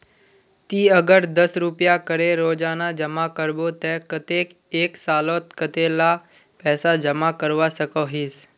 ती अगर दस रुपया करे रोजाना जमा करबो ते कतेक एक सालोत कतेला पैसा जमा करवा सकोहिस?